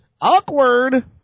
Awkward